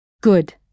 Good